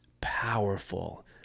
powerful